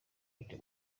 light